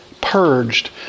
purged